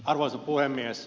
arvoisa puhemies